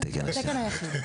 היועצת המשפטית של המכון.